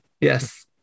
Yes